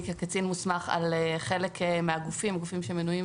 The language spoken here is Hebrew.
כקצין מוסמך על חלק מהגופים גופים שמנויים